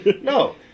no